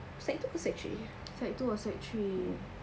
sec two sec three sec two or sec three